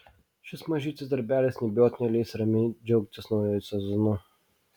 šis mažytis darbelis neabejotinai leis ramiai džiaugtis nauju sezonu